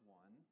one